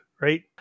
right